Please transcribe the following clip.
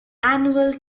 annual